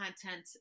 content